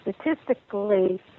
statistically